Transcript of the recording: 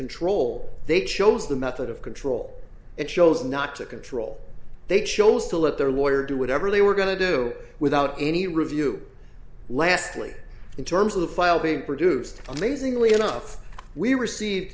control they chose the method of control it shows not to control they chose to let their lawyer do whatever they were going to do without any review lastly in terms of the file being produced amazingly enough we receive